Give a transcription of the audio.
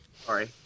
Sorry